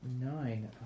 Nine